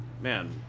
man